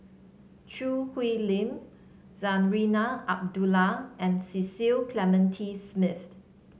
Choo Hwee Lim Zarinah Abdullah and Cecil Clementi Smith